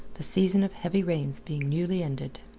the season of heavy rains being newly ended.